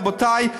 רבותי,